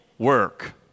work